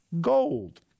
gold